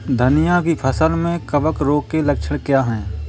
धनिया की फसल में कवक रोग के लक्षण क्या है?